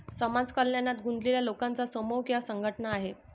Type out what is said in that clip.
समाज कल्याणात गुंतलेल्या लोकांचा समूह किंवा संघटना आहे